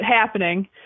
happening